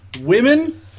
women